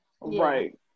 Right